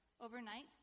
overnight